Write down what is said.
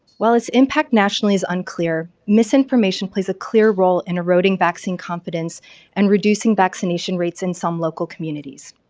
well, as impact nationally is unclear, misinformation plays a clear role in eroding vaccine confidence and reducing vaccination rates in some local communities.